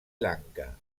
lanka